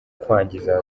kwangiza